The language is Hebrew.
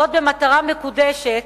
וזאת במטרה מקודשת,